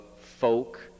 folk